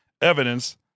Evidence